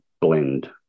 blend